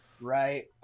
right